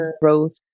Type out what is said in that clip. growth